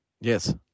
Yes